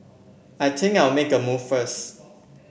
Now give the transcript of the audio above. I think I'll make a move first